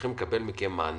שצריכים לקבל מכם מענה.